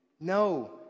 No